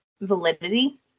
validity